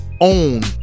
own